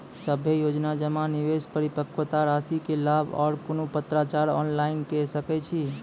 सभे योजना जमा, निवेश, परिपक्वता रासि के लाभ आर कुनू पत्राचार ऑनलाइन के सकैत छी?